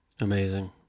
Amazing